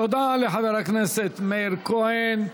תודה לחבר הכנסת מאיר כהן.